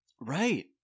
Right